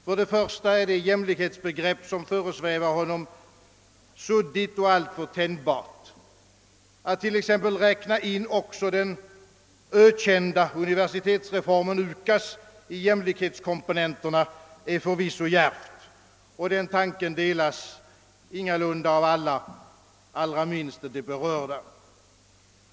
För det första är det jämlikhetsbegrepp som föresvävar honom suddigt och alltför tänjbart. Att t.ex. räkna in också den ökända universitetsreformen UKAS i jämlikhetskomponenterna, är förvisso djärvt. Den tanken delas ingalunda av alla, allra minst de berörda.